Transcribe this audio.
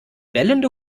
bellende